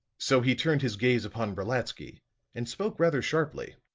so he turned his gaze upon brolatsky and spoke rather sharply.